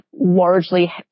largely